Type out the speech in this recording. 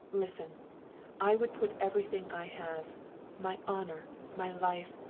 listen i would put everything i have my honor, my life,